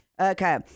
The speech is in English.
Okay